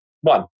One